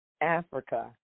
Africa